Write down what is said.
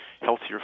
healthier